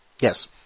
Yes